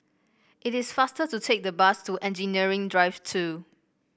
it is faster to take the bus to Engineering Drive Two